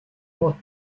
mois